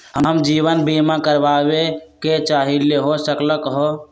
हम जीवन बीमा कारवाबे के चाहईले, हो सकलक ह?